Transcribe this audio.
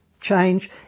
change